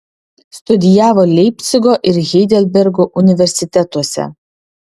studijavo leipcigo ir heidelbergo universitetuose